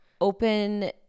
open